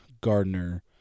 Gardner